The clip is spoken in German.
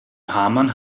hamann